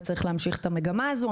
וצריך להמשיך את המגמה הזו.